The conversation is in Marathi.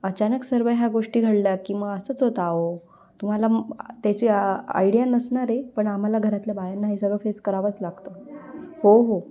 अचानक सर्व ह्या गोष्टी घडल्या की मग असंच होतं अहो तुम्हाला त्याची आ आयडिया नसणार आहे पण आम्हाला घरातल्या बायांना हे सगळं फेस करावंच लागतं हो हो